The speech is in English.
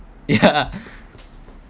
yeah